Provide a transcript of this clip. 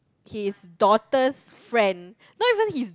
his daughter's friend not even his